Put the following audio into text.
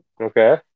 Okay